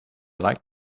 liked